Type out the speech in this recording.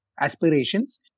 aspirations